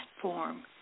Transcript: platform